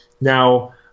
Now